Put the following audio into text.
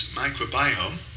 microbiome